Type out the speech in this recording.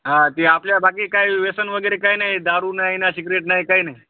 हा ते आपल्या बाकी काय व्यसन वगैरे काही नाही दारू नाही ना सिग्रेट नाही काही नाही